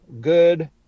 good